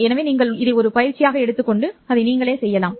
எனவே நீங்கள் இதை ஒரு பயிற்சியாக எடுத்துக்கொண்டு அதை நீங்களே செய்யலாம்